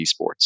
esports